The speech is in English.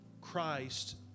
Christ